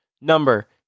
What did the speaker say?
number